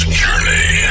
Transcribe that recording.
journey